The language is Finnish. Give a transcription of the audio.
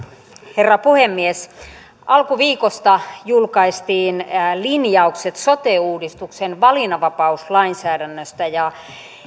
herra puhemies alkuviikosta julkaistiin linjaukset sote uudistuksen valinnanvapauslainsäädännöstä ja